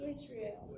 Israel